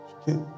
Okay